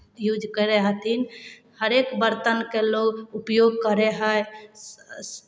use करै हथिन हरेक बरतनके लोक उपयोग करै हइ स् स्